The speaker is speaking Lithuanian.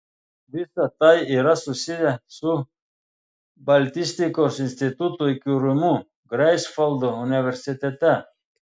visa tai yra susiję su baltistikos instituto įkūrimu greifsvaldo universitete